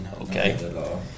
Okay